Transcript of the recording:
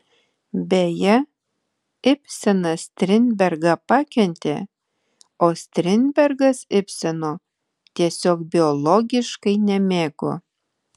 beje ibsenas strindbergą pakentė o strindbergas ibseno tiesiog biologiškai nemėgo